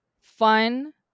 fun